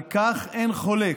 על כך אין חולק.